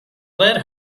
led